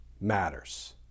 matters